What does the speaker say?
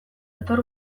hator